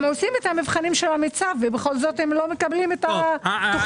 הם עושים את המבחנים של המיצב ובכל זאת לא מקבלים את התוכנית.